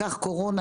לקח קורונה,